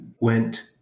went